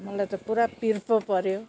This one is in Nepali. मलाई त पुरा पिर पो पर्यो